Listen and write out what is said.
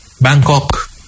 Bangkok